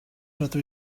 rydw